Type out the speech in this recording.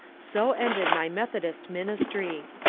so ended my methodist ministry.